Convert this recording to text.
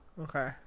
Okay